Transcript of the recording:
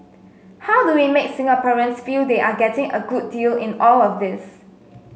how do we make Singaporeans feel they are getting a good deal in all of this